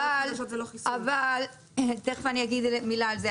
אבל תיכף אני אגיד מילה על זה,